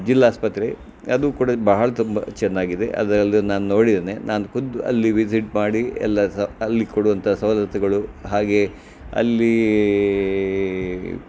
ಜಿಲ್ಲಾಸ್ಪತ್ರೆ ಅದು ಕೂಡ ಬಹಳ ತುಂಬ ಚೆನ್ನಾಗಿದೆ ಅದರಲ್ಲೂ ನಾನು ನೋಡಿದ್ದೇನೆ ನಾನು ಖುದ್ದು ಅಲ್ಲಿ ವಿಸಿಟ್ ಮಾಡಿ ಎಲ್ಲ ಸಹ ಅಲ್ಲಿ ಕೊಡುವಂಥ ಸವಲತ್ತುಗಳು ಹಾಗೆ ಅಲ್ಲಿ